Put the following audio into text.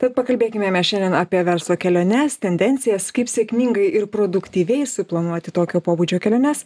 tad pakalbėkime mes šiandien apie verslo keliones tendencijas kaip sėkmingai ir produktyviai suplanuoti tokio pobūdžio keliones